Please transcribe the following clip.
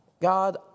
God